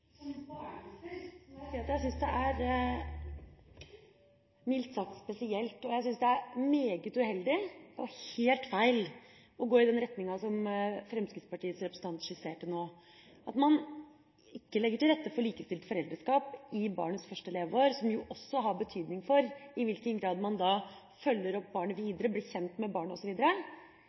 mildt sagt spesielt, meget uheldig og helt feil å gå i den retninga som Fremskrittspartiets representant skisserte nå. Man vil ikke legge til rette for likestilt foreldreskap i barnets første leveår, som jo har betydning for i hvilken grad man følger opp barnet videre og blir kjent med